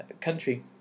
country